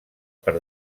per